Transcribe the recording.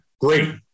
Great